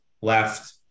left